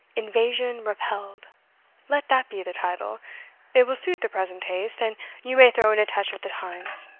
invasion repelled let that be the title it will suit the present taste, and you may throw in a touch of the times.